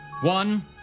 one